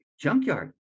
junkyard